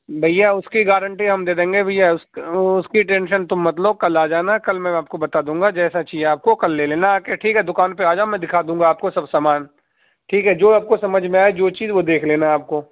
بھیا اس کی گارنٹی ہم دے دیں گے بھیا اس کی ٹینشن تم مت لو کل آ جانا کل میں آپ کو بتا دوں گا جیسا چاہیے آپ کو کل لے لینا آ کے ٹھیک ہے دکان پہ آ جاؤ میں دکھا دوں گا آپ کو سب سامان ٹھیک ہے جو آپ کو سمجھ میں آئے جو چیز وہ دیکھ لینا آپ کو